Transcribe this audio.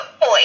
Boy